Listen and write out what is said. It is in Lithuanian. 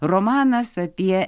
romanas apie